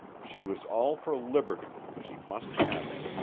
she was all for liberty, she must have it.